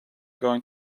going